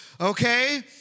Okay